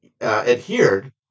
adhered